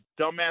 dumbass